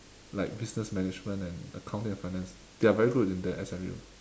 like business management and accounting and finance they are very good in that S_M_U